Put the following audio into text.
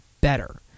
better